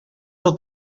del